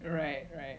right right